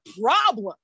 problem